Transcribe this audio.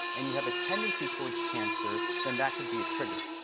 and you have a tendency towards cancer, then that could be a trigger.